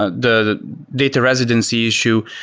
ah the data residency issue,